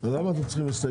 פה